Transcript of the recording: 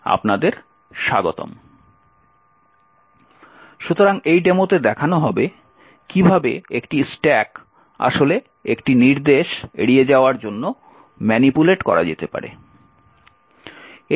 সুতরাং এই ডেমোতে দেখানো হবে কীভাবে একটি স্ট্যাক আসলে একটি নির্দেশ এড়িয়ে যাওয়ার জন্য ম্যানিপুলেট করা যেতে পারে